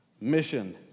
mission